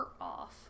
off